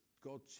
God